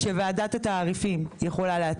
שוועדת התעריפים יכולה לעדכן.